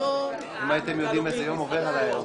אם הייתם יודעים איזה יום עובר עלי היום.